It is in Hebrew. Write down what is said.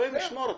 אלוהים ישמור,